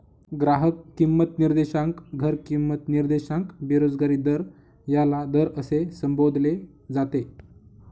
ग्राहक किंमत निर्देशांक, घर किंमत निर्देशांक, बेरोजगारी दर याला दर असे संबोधले जाते